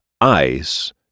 ICE